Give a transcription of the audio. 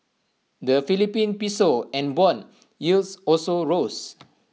the Philippine Piso and Bond yields also rose